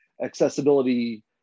accessibility